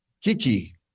Kiki